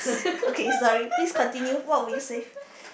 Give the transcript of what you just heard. okay sorry please continue what will you say